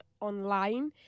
online